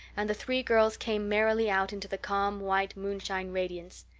and the three girls came merrily out into the calm, white moonshine radiance.